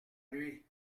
lui